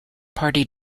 party